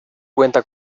cuenta